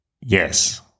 yes